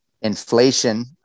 inflation